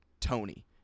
Tony